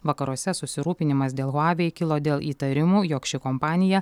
vakaruose susirūpinimas dėl huawei kilo dėl įtarimų jog ši kompanija